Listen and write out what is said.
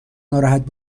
ناراحت